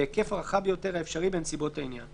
בהיקף הרחב ביותר האפשרי בנסיבות העניין.